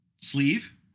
sleeve